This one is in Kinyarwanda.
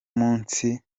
munsi